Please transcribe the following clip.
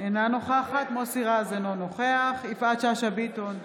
אינה נוכחת מוסי רז, אינו נוכח יפעת שאשא ביטון,